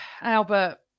Albert